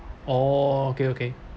oh okay okay